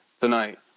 tonight